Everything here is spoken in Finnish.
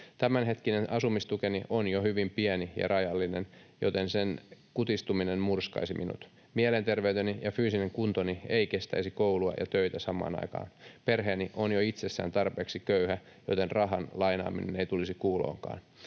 Tämänhetkinen asumistukeni on jo hyvin pieni ja rajallinen, joten sen kutistuminen murskaisi minut. Mielenterveyteni ja fyysinen kuntoni ei kestäisi koulua ja töitä samaan aikaan. Perheeni on jo itsessään tarpeeksi köyhä, joten rahan lainaaminen ei tulisi kuulonkaan.